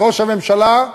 וראש הממשלה,